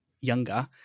younger